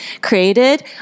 created